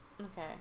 Okay